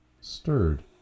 stirred